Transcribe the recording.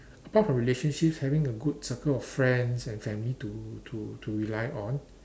apart from relationship having a good circle of friends and family to to to rely on